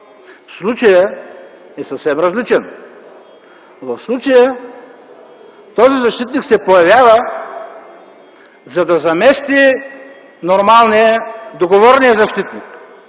Случаят е съвсем различен. В случая този защитник се появява, за да замести договорения защитник.